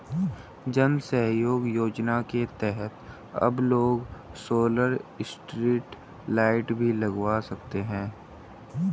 जन सहयोग योजना के तहत अब लोग सोलर स्ट्रीट लाइट भी लगवा सकते हैं